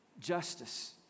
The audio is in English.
justice